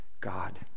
God